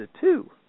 two